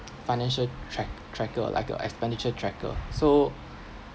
financial track~ tracker or like a expenditure tracker so